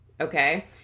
okay